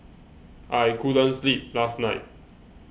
I couldn't sleep last night